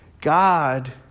God